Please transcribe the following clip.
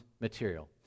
material